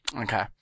Okay